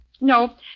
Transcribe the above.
No